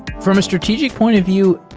from a strategic point of view,